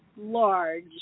large